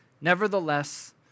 Nevertheless